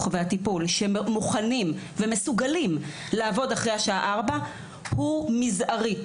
והטיפול שמוכנים ומסוגלים לעבוד אחרי השעה 16:00 הוא מזערי.